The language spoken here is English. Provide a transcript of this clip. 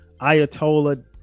Ayatollah